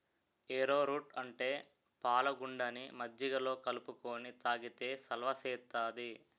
ఏరో route అంటే పాలగుండని మజ్జిగలో కలుపుకొని తాగితే సలవ సేత్తాది